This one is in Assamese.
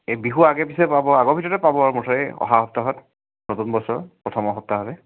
এই বিহুৰ আগে পিছে পাব বহাগৰ ভিতৰতে পাব আৰু মুঠেই অহা সপ্তাহত নতুন বছৰ প্ৰথম সপ্তাহলৈ